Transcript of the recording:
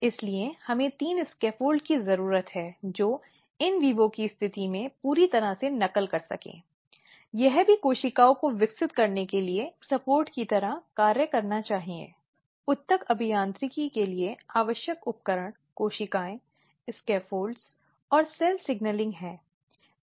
इसलिए उसे एक सुखद वातावरण एक सुखद और सक्षम वातावरण के साथ सामना करना चाहिए जहां वह आत्मविश्वास के साथ खुद को व्यक्त कर सकती है और आवश्यक विवरण समझा सकती है